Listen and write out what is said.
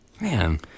Man